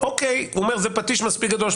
35 זה פטיש מספיק גדול.